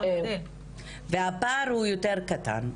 והפער הוא יותר קטן.